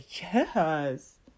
Yes